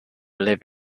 live